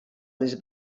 les